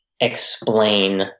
explain